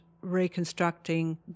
reconstructing